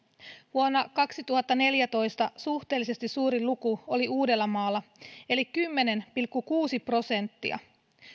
vuonna kaksituhattaneljätoista suhteellisesti suurin luku oli uudellamaalla eli kymmenen pilkku kuusi prosenttia